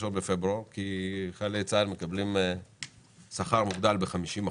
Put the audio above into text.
זה היום שבו חיילי צה"ל מקבלים שכר מוגדל ב-50%.